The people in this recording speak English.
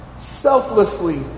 selflessly